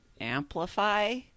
amplify